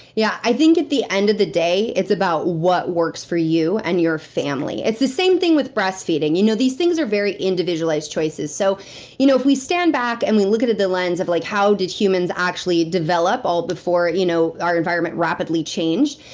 yeah. i think at the end of the day, it's about what works for you and your family. it's the same thing with breast feeding. you know, these things are very individualized choices so you know if we stand back and look at at the lens of like how did humans actually develop, before you know our environment rapidly changed?